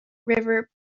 river